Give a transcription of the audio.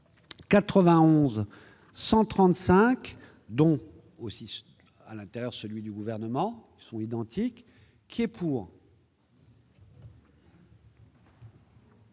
91 135 donc aussi à l'intérieur, celui du gouvernement sont identiques, qui est pour.